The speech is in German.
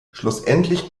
schlussendlich